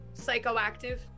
psychoactive